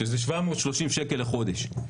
שזה 730 שקלים בחודש.